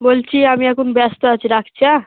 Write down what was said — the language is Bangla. বলছি আমি এখন ব্যস্ত আছি রাখছি হ্যাঁ